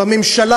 בממשלה,